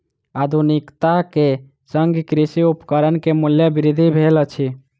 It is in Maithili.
आधुनिकता के संग कृषि उपकरण के मूल्य वृद्धि भेल अछि